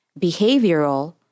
behavioral